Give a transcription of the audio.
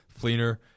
Fleener